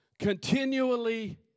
continually